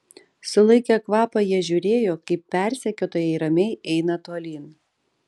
sulaikę kvapą jie žiūrėjo kaip persekiotojai ramiai eina tolyn